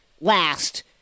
last